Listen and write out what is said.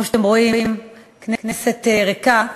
כמו שאתם רואים, כנסת ריקה,